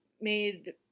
made